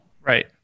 Right